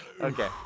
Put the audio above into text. Okay